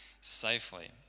safely